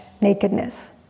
nakedness